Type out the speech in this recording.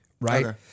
right